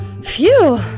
Phew